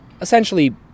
essentially